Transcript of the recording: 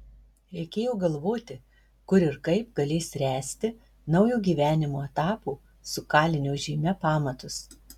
reikėjo galvoti kur ir kaip galės ręsti naujo gyvenimo etapo su kalinio žyme pamatus